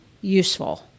useful